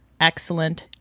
excellent